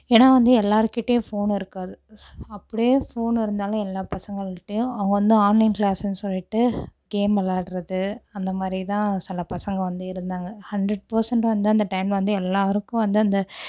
ஏனால் வந்து எல்லார்கிட்டையும் ஃபோனு இருக்காது ஸ் அப்படியே ஃபோனு இருந்தாலும் எல்லா பசங்கள்கிட்டையும் அவங்க வந்து ஆன்லைன் க்ளாஸுன்னு சொல்லிவிட்டு கேம் வெளாடுறது அந்தமாதிரி தான் சில பசங்க வந்து இருந்தாங்க ஹண்ட்ரட் பெர்சண்ட் வந்து அந்த டைம் வந்து எல்லோருக்கும் வந்து அந்த